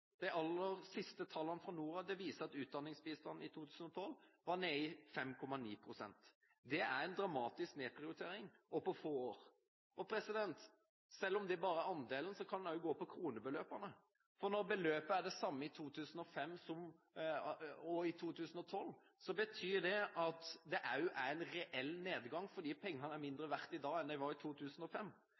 viser at utdanningsbistanden i 2012 var nede i 5,9 pst. Det er en dramatisk nedprioritering på få år. Selv om det bare er andelen, kan man også se på kronebeløpene. Når beløpet er det samme i 2005 og 2012, betyr det en reell nedgang, fordi pengene er mindre verdt i dag enn i 2005. Når da bl.a. representanten Serigstad Valen mener at dette ikke blir nedprioritert, gjør det det – både i